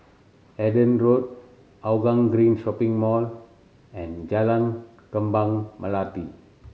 Hendon Road Hougang Green Shopping Mall and Jalan Kembang Melati